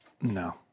No